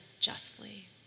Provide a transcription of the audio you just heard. justly